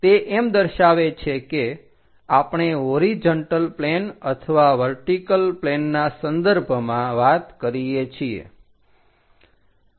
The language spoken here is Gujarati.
તે એમ દર્શાવે છે કે આપણે હોરીજન્ટલ પ્લેન અથવા વર્ટીકલ પ્લેનના સંદર્ભમાં વાત કરીએ છીએ